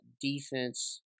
defense